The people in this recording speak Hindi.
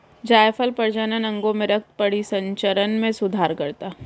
जायफल प्रजनन अंगों में रक्त परिसंचरण में सुधार करता है